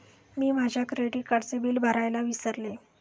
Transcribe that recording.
मी माझ्या क्रेडिट कार्डचे बिल भरायला विसरले